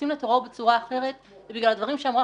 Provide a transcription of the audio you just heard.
להתייחסות שלנו לטרור בצורה אחרת היא בגלל הדברים שאמרה